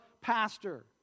pastor